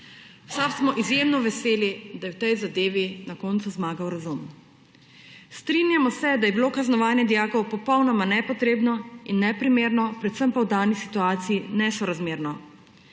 V SAB smo izjemno veseli, da je v tej zadevi na koncu zmagal razum. Strinjamo se, da je bilo kaznovanje dijakov popolnoma nepotrebno in neprimerno, predvsem pa v dani situaciji nesorazmerno.